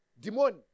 Demon